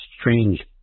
strange